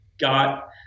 got